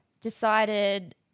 decided